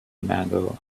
mango